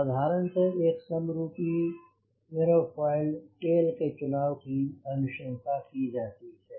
साधारणतः एक समरूपी एयरोफॉयल टेल के चुनाव की अनुशंसा की जाती है